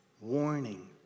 Warning